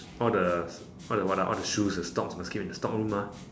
all the all the what ah all the shoes the stocks must keep in stock room mah